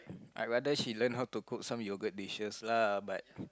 I rather she learn how to cook some yogurt dishes lah but